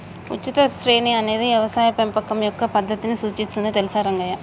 ఉచిత శ్రేణి అనేది యవసాయ పెంపకం యొక్క పద్దతిని సూచిస్తుంది తెలుసా రంగయ్య